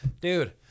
dude